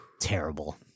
terrible